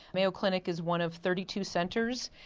mayo clinic is one of thirty two centres,